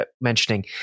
mentioning